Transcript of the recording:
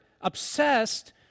obsessed